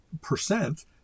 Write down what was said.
percent